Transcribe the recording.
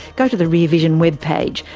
go to the rear vision web page.